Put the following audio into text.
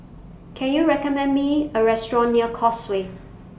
Can YOU recommend Me A Restaurant near Causeway